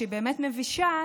שהיא באמת מבישה,